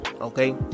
okay